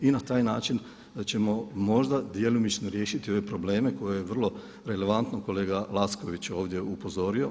Na taj način ćemo možda djelomično riješiti ove probleme koje je vrlo relevantno kolega Lacković ovdje upozorio.